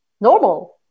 normal